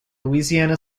louisiana